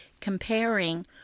comparing